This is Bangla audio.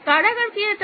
কারাগার কি এটা